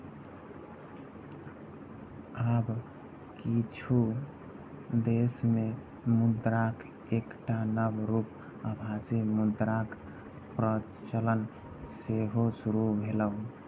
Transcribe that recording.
आब किछु देश मे मुद्राक एकटा नव रूप आभासी मुद्राक प्रचलन सेहो शुरू भेलैए